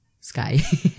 sky